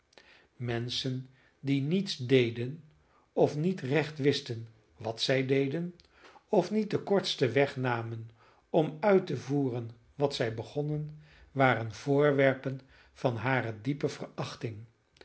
menschen die niets deden of niet recht wisten wat zij deden of niet den kortsten weg namen om uit te voeren wat zij begonnen waren voorwerpen van hare diepe verachting